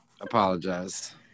apologize